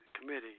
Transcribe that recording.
Committee